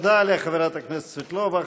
תודה לחברת הכנסת סבטלובה.